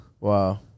Wow